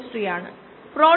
012 Km0